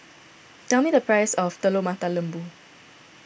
tell me the price of Telur Mata Lembu